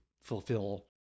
fulfill